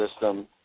system